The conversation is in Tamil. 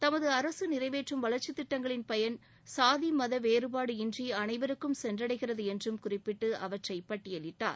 தமது அரசு நிறைவேற்றும் வளர்ச்சித் திட்டங்களின் பயன் சாதி மத வேறபாடு இன்றி அனைவருக்கும் சென்றடைகிறது என்றும் குறிப்பிட்டு அவற்றை பட்டியலிட்டார்